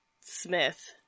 Smith